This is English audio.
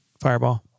Fireball